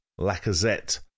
Lacazette